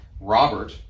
Robert